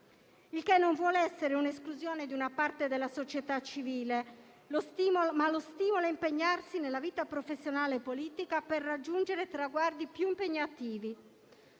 Ciò non vuole essere un'esclusione di una parte della società civile, ma lo stimolo a impegnarsi nella vita professionale e politica per raggiungere traguardi più impegnativi.